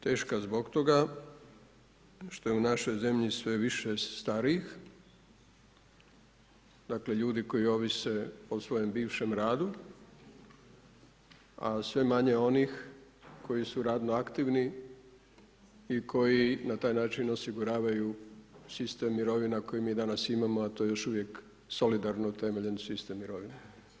Teška zbog toga što je u našoj zemlji sve više starijih dakle, ljudi koji ovise o svojem bivšem radu, a sve manje onih koji su radno aktivni i koji na taj način osiguravaju sistem mirovina koji mi danas imamo, a to je još uvijek solidarno temeljen sistem mirovina.